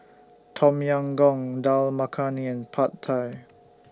Tom Yam Goong Dal Makhani Pad Thai